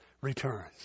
returns